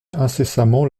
incessamment